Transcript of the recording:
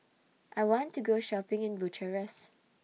I want to Go Shopping in Bucharest